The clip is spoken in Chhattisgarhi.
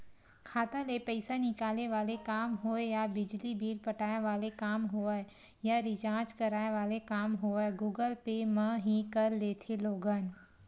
खाता ले पइसा निकाले वाले काम होय या बिजली बिल पटाय वाले काम होवय या रिचार्ज कराय वाले काम होवय गुगल पे म ही कर लेथे लोगन